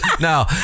No